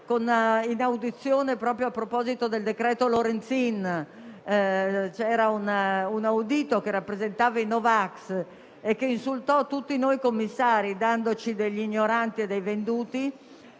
in audizione proprio a proposito del decreto Lorenzin c'era un audito che rappresentava i no vax e che insultò tutti noi commissari, dandoci degli ignoranti e dei venduti